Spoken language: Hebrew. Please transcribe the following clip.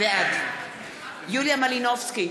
בעד יוליה מלינובסקי,